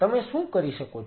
તમે શું કરી શકો છો